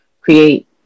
create